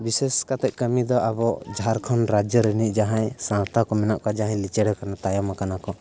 ᱵᱤᱥᱮᱥ ᱠᱟᱛᱮᱫ ᱠᱟᱹᱢᱤ ᱫᱚ ᱟᱵᱚ ᱡᱷᱟᱨᱠᱷᱚᱸᱰ ᱨᱟᱡᱽᱡᱚ ᱨᱤᱱᱤᱡ ᱡᱟᱦᱟᱸᱭ ᱥᱟᱶᱛᱟ ᱠᱚ ᱢᱮᱱᱟᱜ ᱠᱚᱣᱟ ᱡᱟᱦᱟᱸᱭ ᱞᱤᱪᱟᱹᱲᱟᱠᱟᱱ ᱛᱟᱭᱚᱢᱟᱠᱟᱱᱟᱠᱚ